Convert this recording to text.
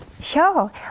Sure